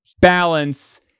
balance